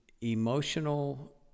Emotional